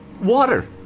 Water